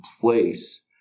place